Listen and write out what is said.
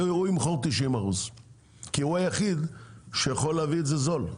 הוא ימכור 90% כי הוא היחיד שיכול להביא את זה זול.